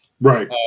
Right